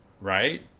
Right